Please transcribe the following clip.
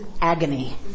agony